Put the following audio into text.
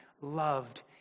loved